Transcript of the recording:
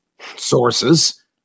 sources